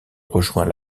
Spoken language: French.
rejoint